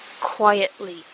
quietly